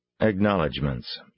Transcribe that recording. Acknowledgements